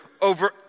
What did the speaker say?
over